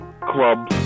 Club